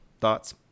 thoughts